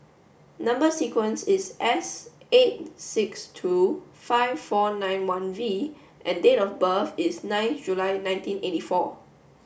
number sequence is S eight six two five four nine one V and date of birth is nine July nineteen eighty four